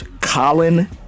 Colin